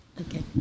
Okay